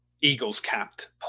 Eagles-capped